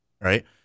right